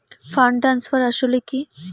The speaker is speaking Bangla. ফান্ড ট্রান্সফার আসলে কী?